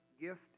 gift